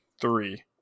three